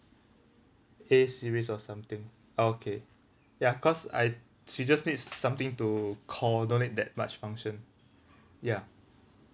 A series or something okay ya cause I she just need something to call don't need that much function ya